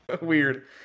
weird